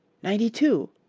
ninety-two!